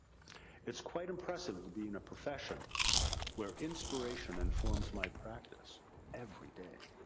it's quite impressive to be in a profession where inspiration informs my practice every day.